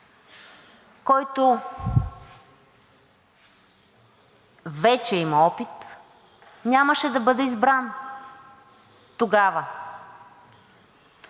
който вече има опит, нямаше да бъде избран тогава.